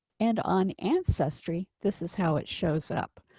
and on ancestry. this is how it shows up.